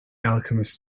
alchemist